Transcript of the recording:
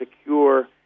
secure